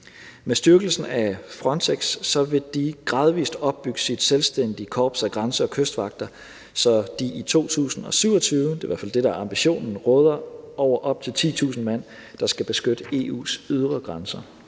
Med styrkelsen af Frontex vil de gradvis opbygge deres selvstændige korps af grænse- og kystvagter, så de i 2027 – det er i hvert fald det, der er ambitionen – råder over op til 10.000 mand, der skal beskytte EU's ydre grænser.